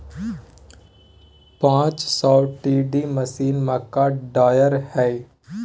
पांच सौ T D machine, मक्का ड्रायर हइ